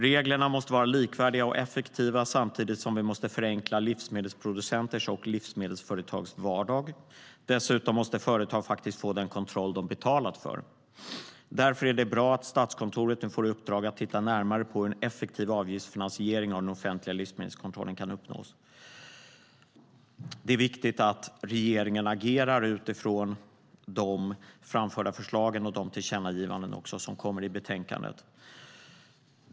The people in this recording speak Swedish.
Reglerna måste vara likvärdiga och effektiva, samtidigt som vi måste förenkla livsmedelsproducenters och livsmedelsföretags vardag. Dessutom måste företag få den kontroll de betalat för. Därför är det bra att Statskontoret nu får i uppdrag att titta närmare på hur en effektiv avgiftsfinansiering av den offentliga livsmedelskontrollen kan uppnås. Det är viktigt att regeringen agerar utifrån de framförda förslagen och utifrån de tillkännagivanden som kommer i betänkandet.